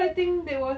so I think there was